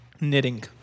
Knitting